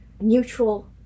neutral